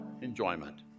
enjoyment